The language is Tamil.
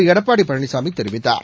எடப்பாடி பழனிசாமி தெரிவித்தார்